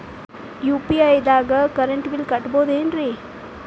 UPI ದಾಗ current bill ಕಟ್ಟಬಹುದೇನ್ರಿ?